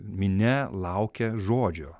minia laukia žodžio